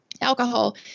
Alcohol